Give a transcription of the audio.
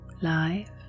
life